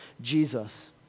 Jesus